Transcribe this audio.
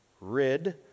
rid